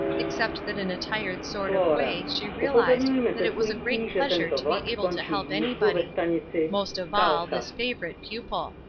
except that in a tired sort of way she realized that it was a great pleasure to be able to help anybody most of all, this favorite pupil.